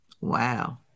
Wow